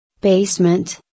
Basement